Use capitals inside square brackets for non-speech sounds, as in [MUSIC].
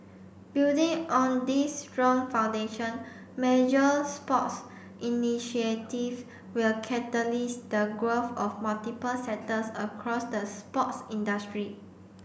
building on this strong foundation major sports initiative will [UNINTELLIGIBLE] the growth of multiple sectors across the sports industry